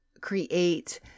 create